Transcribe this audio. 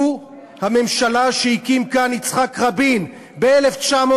הוא הממשלה שהקים כאן יצחק רבין ב-1992,